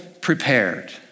prepared